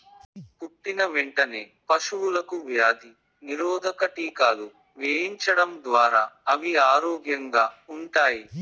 పుట్టిన వెంటనే పశువులకు వ్యాధి నిరోధక టీకాలు వేయించడం ద్వారా అవి ఆరోగ్యంగా ఉంటాయి